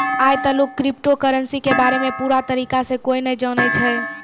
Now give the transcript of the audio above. आय तलुक cryptocurrency के बारे मे पूरा तरीका से कोय नै जानै छै